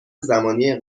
زمانی